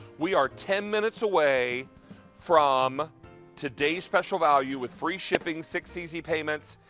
we're ten minutes away from today's special value with free shipping, six easy payments,